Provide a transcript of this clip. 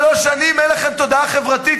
שלוש שנים אין לכם תודעה חברתית,